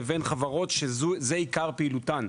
לבין חברות שזוהי עיקר פעילותן.